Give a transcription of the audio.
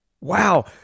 wow